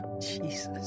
Jesus